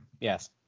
Yes